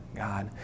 God